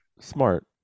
Smart